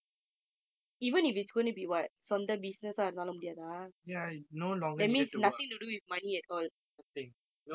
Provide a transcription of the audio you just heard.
ya no longer needed to work nothing no longer need to work what